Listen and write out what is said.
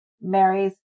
Mary's